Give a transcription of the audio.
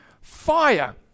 fire